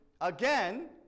again